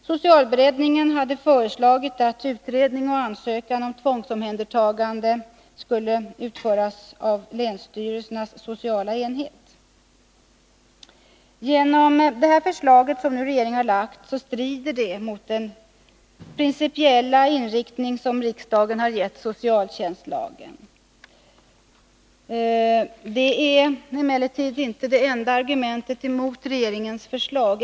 Socialberedningen hade föreslagit att utredning och ansökan om tvångsomhändertagande skulle handhas av länsstyrelsernas sociala enhet. Detta förslag som regeringen har lagt fram strider mot den principiella inriktning som riksdagen har gett socialtjänstlagen. Det är emellertid inte det enda argumentet mot regeringens förslag.